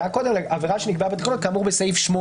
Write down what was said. "עבירה שנקבעה בתקנות כאמור בסעיף 8"